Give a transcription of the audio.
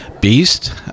Beast